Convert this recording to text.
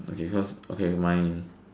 okay first okay my